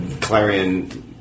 Clarion